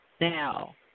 Now